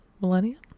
Millennium